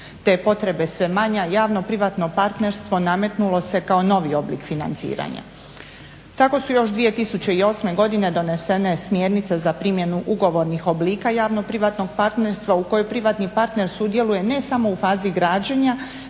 te potrebe sve manje, a javno-privatno partnerstvo nametnulo se kao novi oblik financiranja. Tako su još 2008. godine donesene smjernice za primjenu ugovornih oblika javno-privatnog partnerstva u kojoj privatni partner sudjeluje ne samo u fazi građenja